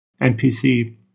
NPC